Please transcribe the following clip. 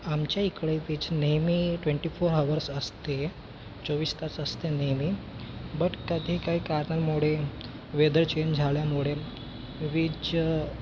आमच्या इकडे वीज नेहमी ट्वेन्टी फोर आव्हर्स असते चोवीस तास असते नेहमी बट कधी काही कारणामुळे वेदर चेन्ज झाल्यामुळे वीज